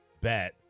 bet